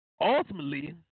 Ultimately